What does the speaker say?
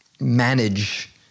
manage